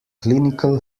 clinical